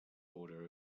border